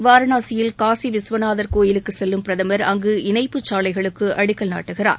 வாரணாசியில் காசி விஸ்வநாதர் கோயிலுக்கு செல்லும் பிரதமர் அங்கு இணைப்பு சாலைகளுக்கு அடிக்கல் நாட்டுகிறார்